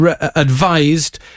advised